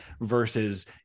versus